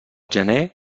gener